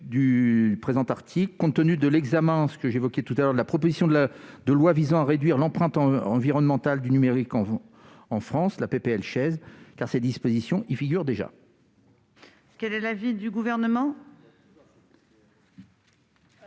du présent article, compte tenu de l'examen de la proposition de loi visant à réduire l'empreinte environnementale du numérique en France, dite Chaize, car ces dispositions y figurent déjà. Quel est l'avis du Gouvernement ?